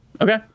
okay